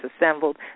assembled